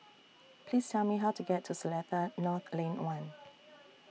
Please Tell Me How to get to Seletar North Lane one